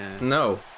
No